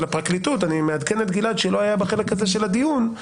אני מעדכן את גלעד, שלא היה בחלק הזה של הדיון: